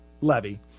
levy